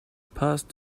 passed